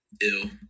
Ew